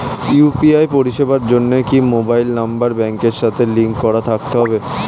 UPI পরিষেবার জন্য কি মোবাইল নাম্বার ব্যাংকের সাথে লিংক করা থাকতে হবে?